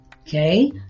Okay